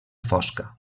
fosca